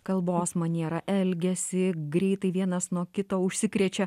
kalbos manierą elgesį greitai vienas nuo kito užsikrečia